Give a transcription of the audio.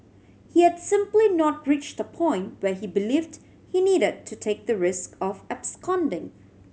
he had simply not reach the point where he believed he needed to take the risk of absconding